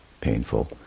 painful